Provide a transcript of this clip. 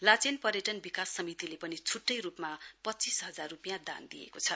लाचेन पर्यटन विकास समितिले पनि छ्ट्टै रूपमा पच्चीस हजार रूपियाँ दान दिएको छ